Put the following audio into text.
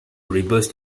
reverse